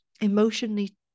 emotionally